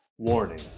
Warning